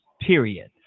Period